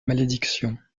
malédiction